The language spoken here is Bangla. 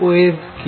ওয়েভ কি